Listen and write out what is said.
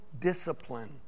discipline